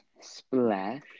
Splash